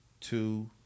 two